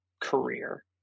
career